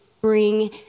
bring